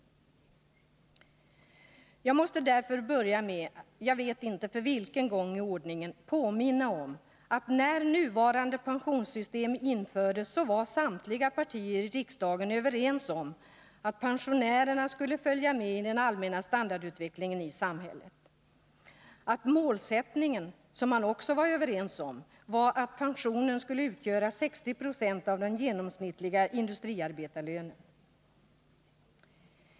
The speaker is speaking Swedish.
Jag måste — jag vet inte för vilken gång i ordningen — börja med att påminna om att när nuvarande pensionssystem infördes var samtliga partier i riksdagen överens om att pensionärerna skulle följa med i den allmänna standardutvecklingen i samhället. Och målsättningen — som man också var överens om -— var att pensionen skulle utgöra 60 26 av den genomsnittliga industriarbetarlönen.